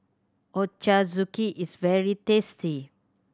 ochazuke is very tasty